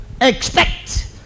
expect